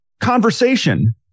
conversation